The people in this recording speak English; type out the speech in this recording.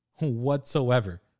whatsoever